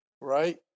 right